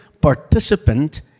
participant